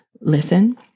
listen